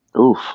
Oof